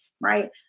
right